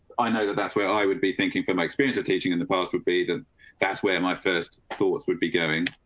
i know that that's where i would be thinking for my experience of teaching in the past would be that that's where my first thought would be going.